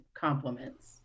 compliments